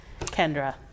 Kendra